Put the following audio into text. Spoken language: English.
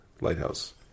lighthouse